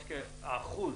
האחוז